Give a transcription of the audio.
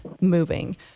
moving